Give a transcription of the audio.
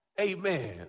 Amen